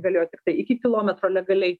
galėjo tiktai iki kilometro legaliai